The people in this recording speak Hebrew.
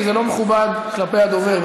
כי זה לא מכובד כלפי הדובר,